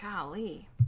Golly